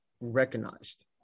recognized